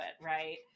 right